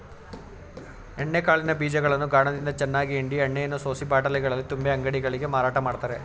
ಎಣ್ಣೆ ಕಾಳಿನ ಬೀಜಗಳನ್ನು ಗಾಣದಿಂದ ಚೆನ್ನಾಗಿ ಹಿಂಡಿ ಎಣ್ಣೆಯನ್ನು ಸೋಸಿ ಬಾಟಲಿಗಳಲ್ಲಿ ತುಂಬಿ ಅಂಗಡಿಗಳಿಗೆ ಮಾರಾಟ ಮಾಡ್ತರೆ